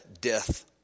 death